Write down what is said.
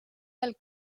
del